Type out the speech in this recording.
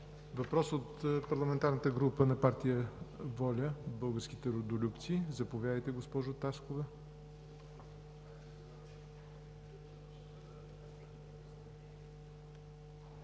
Въпрос от парламентарната група на „ВОЛЯ – Българските Родолюбци“. Заповядайте, госпожо Таскова.